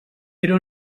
era